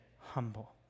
humble